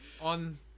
on